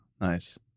nice